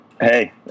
hey